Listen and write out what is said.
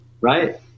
right